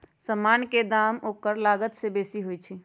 समान के दाम ओकर लागत से बेशी होइ छइ